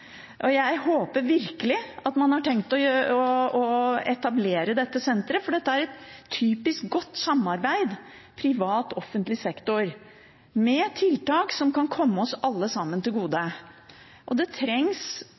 nå. Jeg håper virkelig at man har tenkt å etablere dette senteret, for dette er et typisk eksempel på godt samarbeid mellom private og offentlig sektor, med tiltak som kan komme oss alle sammen til gode. Det trengs